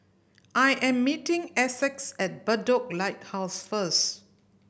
I am meeting Essex at Bedok Lighthouse first